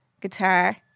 guitar